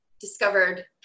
discovered